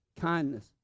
kindness